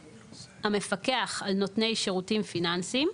והמפקח על נותני שירותים פיננסיים,